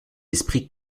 esprits